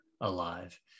alive